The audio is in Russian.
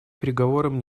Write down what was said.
переговорам